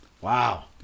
Wow